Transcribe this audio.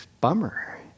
bummer